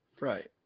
Right